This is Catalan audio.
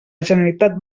generalitat